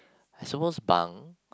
I suppose Bang